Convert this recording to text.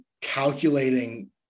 calculating